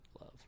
love